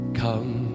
come